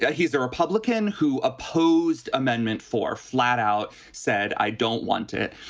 yeah he's a republican who opposed amendment four flat out said, i don't want it.